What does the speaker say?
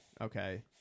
Okay